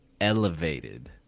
elevated